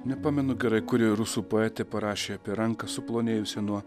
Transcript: nepamenu gerai kuri rusų poetė parašė apie ranką suplonėjusią nuo